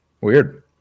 Weird